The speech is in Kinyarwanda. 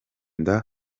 ubwa